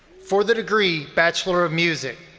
for the degree bachelor of music,